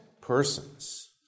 persons